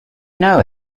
know